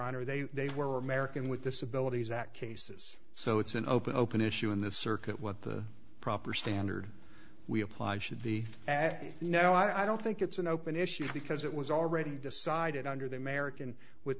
honor they they were american with disabilities act cases so it's an open open issue in the circuit what the proper standard we apply should be and you know i don't think it's an open issue because it was already decided under the american with